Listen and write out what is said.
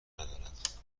ندارند